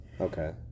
Okay